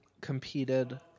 competed